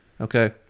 Okay